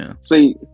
See